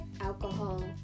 alcohol